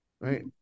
right